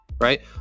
right